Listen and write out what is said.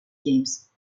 games